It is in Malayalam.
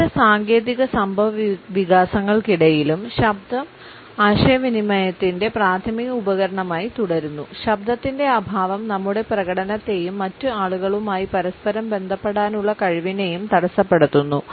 വിവിധ സാങ്കേതിക സംഭവവികാസങ്ങൾക്കിടയിലും ശബ്ദം ആശയവിനിമയത്തിന്റെ പ്രാഥമിക ഉപകരണമായി തുടരുന്നു ശബ്ദത്തിന്റെ അഭാവം നമ്മുടെ പ്രകടനത്തെയും മറ്റ് ആളുകളുമായി പരസ്പരം ബന്ധപ്പെടാനുള്ള കഴിവിനെയും തടസ്സപ്പെടുത്തുന്നു